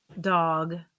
dog